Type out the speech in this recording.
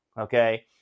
Okay